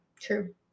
True